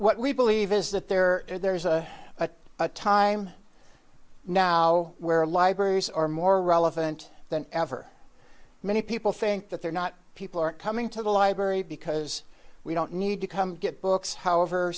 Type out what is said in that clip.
what we believe is that there are there's a time now where libraries are more relevant than ever many people think that they're not people aren't coming to the library because we don't need to come get books however